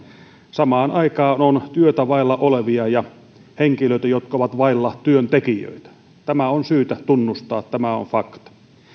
samaan aikaan on työtä vailla olevia ja yrityksiä jotka ovat vailla työntekijöitä tämä on syytä tunnustaa tämä on fakta